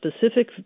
specific